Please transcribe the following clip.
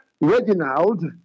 Reginald